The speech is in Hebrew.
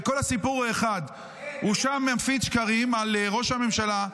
וכל הסיפור הוא אחד: הוא שם מפיץ שקרים על ראש הממשלה.